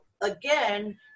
again